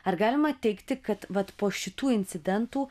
ar galima teigti kad vat po šitų incidentų